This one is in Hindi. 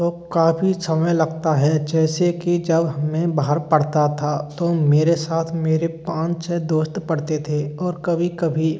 तो काफ़ी समय लगता है जैसे कि जब हमें बाहर पढ़ता था तो मेरे साथ मेरे पाँच छः दोस्त पढ़ते थे और कभी कभी